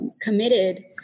committed